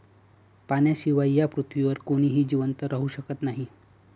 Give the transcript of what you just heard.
पाण्याशिवाय या पृथ्वीवर कोणीही जिवंत राहू शकत नाही